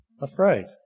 afraid